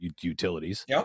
utilities